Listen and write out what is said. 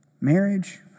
Marriage